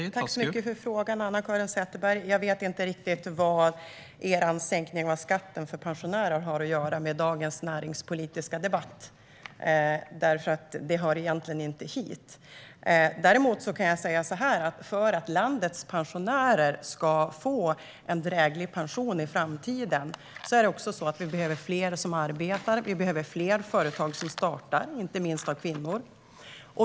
Herr talman! Tack så mycket för frågan, Anna-Caren Sätherberg! Jag vet inte riktigt vad er sänkning av skatten för pensionärer har att göra med dagens näringspolitiska debatt, för den hör egentligen inte hit. Däremot kan jag säga att för att landets pensionärer ska få en dräglig pension i framtiden behöver vi fler som arbetar och alltså fler företag som startas, inte minst av kvinnor.